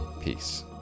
peace